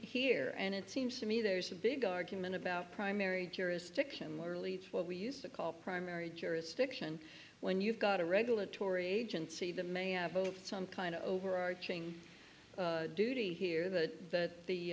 here and it seems to me there's a big argument about primary jurisdiction really what we used to call primary jurisdiction when you've got a regulatory agency the may have some kind of overarching duty here that th